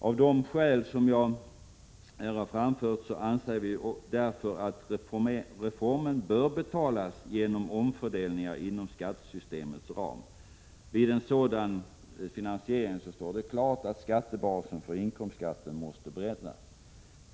Av de skäl som jag här har framfört anser vi därför att reformen bör betalas genom omfördelningar inom skattesystemets ram. Det står klart att basen för inkomstskatten vid en sådan finansiering måste breddas.